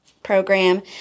Program